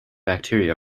bacteria